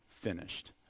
finished